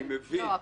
אני מבין, אבל